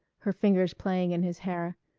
her fingers playing in his hair,